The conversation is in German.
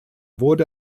wurde